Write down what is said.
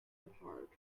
apart